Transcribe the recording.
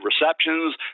receptions